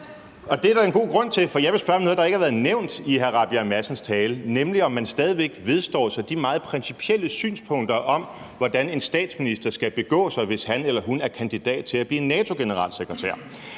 Og det er der en god grund til, for jeg vil spørge om noget, der ikke har været nævnt i hr. Christian Rabjerg Madsens tale, nemlig om man stadig væk vedstår sig de meget principielle synspunkter om, hvordan en statsminister skal begå sig, hvis han eller hun er kandidat til at blive NATO-generalsekretær.